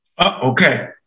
Okay